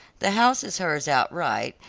the house is hers outright,